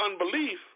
unbelief